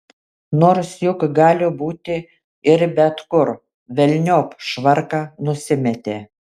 nors juk gali būti ir bet kur velniop švarką nusimetė